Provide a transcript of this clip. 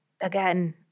again